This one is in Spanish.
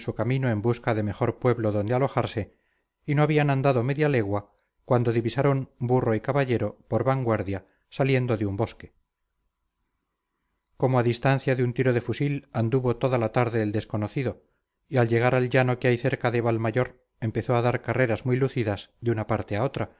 camino en busca de mejor pueblo donde alojarse y no habían andado media legua cuando divisaron burro y caballero por vanguardia saliendo de un bosque como a distancia de un tiro de fusil anduvo toda la tarde el desconocido y al llegar al llano que hay cerca de valmayor empezó a dar carreras muy lucidas de una parte a otra